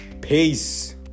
peace